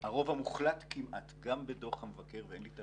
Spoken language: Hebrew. הרוב המוחלט כמעט, גם בדוח המבקר,